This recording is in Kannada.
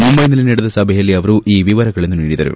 ಮುಂಬೈನಲ್ಲಿ ನಡೆದ ಸಭೆಯಲ್ಲಿ ಅವರು ಈ ವಿವರಗಳನ್ನು ನೀಡಿದರು